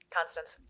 Constance